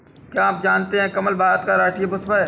क्या आप जानते है कमल भारत का राष्ट्रीय पुष्प है?